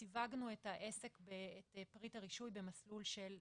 סיווגנו את פריט הרישוי במסלול של תצהיר.